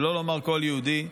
שלא לומר כל יהודי.